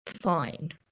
fine